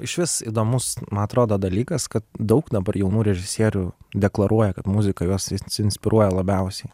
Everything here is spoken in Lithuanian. išvis įdomus man atrodo dalykas kad daug dabar jaunų režisierių deklaruoja kad muzika juos inspiruoja labiausiai